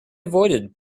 avoided